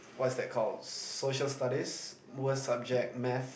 what's that called social studies worst subject math